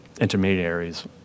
intermediaries